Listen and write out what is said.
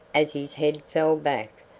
as his head fell back,